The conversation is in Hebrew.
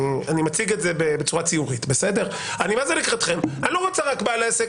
אני מציג את זה בצורה ציורית - אני לא רוצה רק בעל עסק,